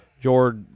George